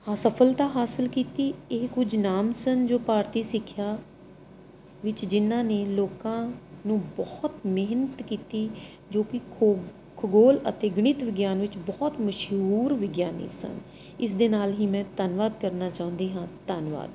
ਸਫਲਤਾ ਹਾਸਿਲ ਕੀਤੀ ਇਹ ਕੁਝ ਨਾਮ ਸਨ ਜੋ ਭਾਰਤੀ ਸਿੱਖਿਆ ਵਿੱਚ ਜਿਹਨਾਂ ਨੇ ਲੋਕਾਂ ਨੂੰ ਬਹੁਤ ਮਿਹਨਤ ਕੀਤੀ ਜੋ ਕਿ ਖੋ ਖਗੋਲ ਅਤੇ ਗਣਿਤ ਵਿਗਿਆਨ ਵਿੱਚ ਬਹੁਤ ਮਸ਼ਹੂਰ ਵਿਗਿਆਨੀ ਸਨ ਇਸ ਦੇ ਨਾਲ ਹੀ ਮੈਂ ਧੰਨਵਾਦ ਕਰਨਾ ਚਾਹੁੰਦੀ ਹਾਂ ਧੰਨਵਾਦ